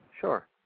Sure